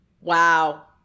Wow